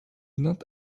not